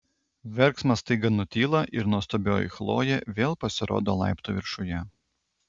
verksmas staiga nutyla ir nuostabioji chlojė vėl pasirodo laiptų viršuje